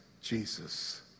Jesus